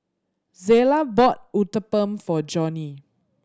Zela bought Uthapam for Johny